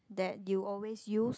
that you always use